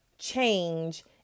change